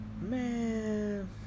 man